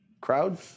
crowd